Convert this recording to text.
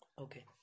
Okay